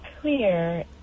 clear